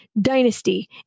dynasty